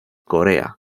corea